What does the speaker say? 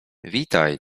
witaj